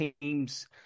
teams